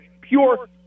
pure